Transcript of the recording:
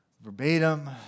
verbatim